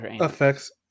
affects